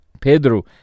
Pedro